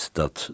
dat